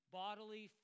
bodily